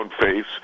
face